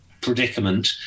predicament